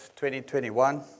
2021